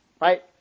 Right